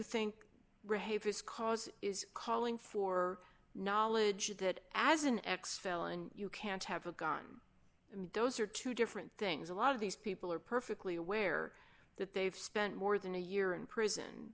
his cause is calling for knowledge of that as an excellent you can't have a gun i mean those are two different things a lot of these people are perfectly aware that they've spent more than a year in prison